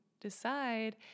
decide